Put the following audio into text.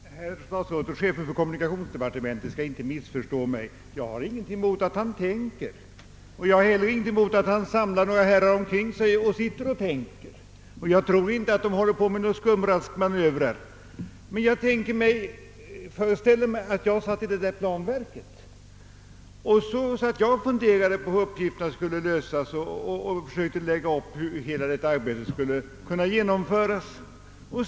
Herr talman! Herr statsrådet och chefen för kommunikationsdepartementet skall inte missförstå mig. Jag har ingenting emot att han tänker; jag har heller ingenting emot att han samlar några herrar omkring sig och sitter och tän ker med dem, och jag tror inte att de har några skumraskmanövrer för sig. Men jag föreställer mig att jag sitter i planverket och funderar på hur uppgifterna skall lösas och försöker lägga upp hur detta arbete skall genomföras.